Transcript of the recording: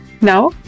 Now